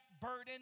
burden